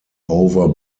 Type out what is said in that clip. over